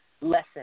lesson